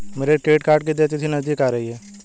मेरे credit card की देय तिथि नज़दीक आ रही है